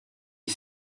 est